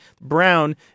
brown